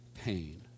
pain